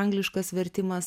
angliškas vertimas